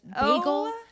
bagel